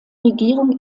regierung